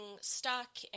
stuck